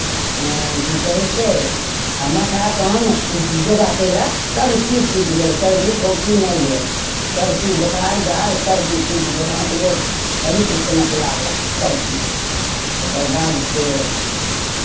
की कहै छै आ माथा कान योगा कयलक सभचीज छुटि गेल सर्दी खोँखी नहि भेल सभचीज बुखार जाड़ सभचीज छुटि गेल हाथ गोड़ पवित्र सनक लागल सभचीज तकर बादसँ